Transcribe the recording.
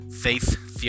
Faith